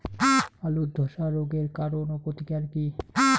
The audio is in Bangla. আলুর ধসা রোগের কারণ ও প্রতিকার কি?